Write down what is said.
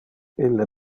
ille